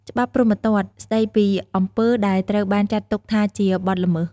ច្បាប់ព្រហ្មទណ្ឌ ស្តីពីអំពើដែលត្រូវបានចាត់ទុកថាជាបទល្មើស។